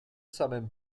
samym